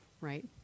right